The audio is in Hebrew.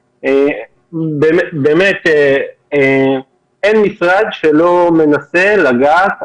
באמת אין משרד שלא מנסה לגעת,